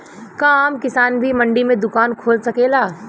का आम किसान भी मंडी में दुकान खोल सकेला?